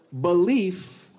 belief